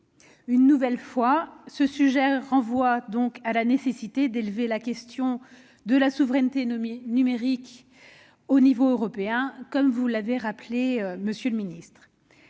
Une nouvelle fois, ce sujet nous renvoie à la nécessité de traiter la question de la souveraineté numérique au niveau européen, comme vous l'avez rappelé, monsieur le ministre.